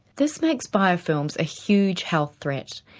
this makes biofilms a huge health threat.